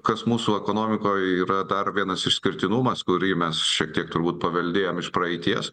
kas mūsų ekonomikoj yra dar vienas išskirtinumas kurį mes šiek tiek turbūt paveldėjom iš praeities